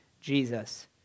Jesus